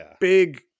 big